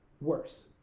worse